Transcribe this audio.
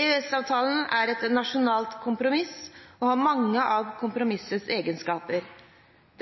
EØS-avtalen er et nasjonalt kompromiss og har mange av kompromissets egenskaper.